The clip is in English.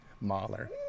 Mahler